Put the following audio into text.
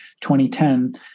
2010